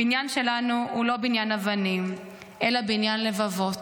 הבניין שלנו הוא לא בניין אבנים אלא בניין לבבות.